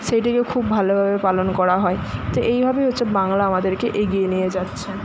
সেটিকে খুব ভালোভাবে পালন করা হয় তো এইভাবেই হচ্ছে বাংলা আমাদেরকে এগিয়ে নিয়ে যাচ্ছে